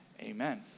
Amen